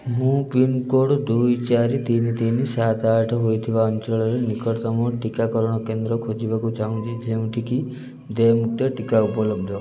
ମୁଁ ପିନ୍କୋଡ଼୍ ଦୁଇ ଚାରି ତିନ ତିନ ସାତ ଆଠ ହୋଇଥିବା ଅଞ୍ଚଳରେ ନିକଟତମ ଟିକାକରଣ କେନ୍ଦ୍ର ଖୋଜିବାକୁ ଚାହୁଁଛି ଯେଉଁଠିକି ଦେୟମୁକ୍ତ ଟିକା ଉପଲବ୍ଧ